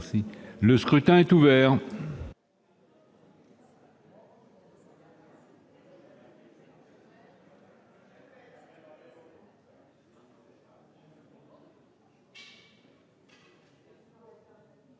Le scrutin est ouvert.